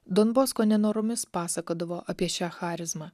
don bosko nenoromis pasakodavo apie šią charizmą